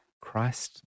Christ